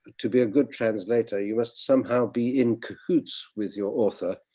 to be a good translator, you must somehow be in cahoots with your author.